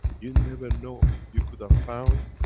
you never know, you could have found,